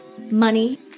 money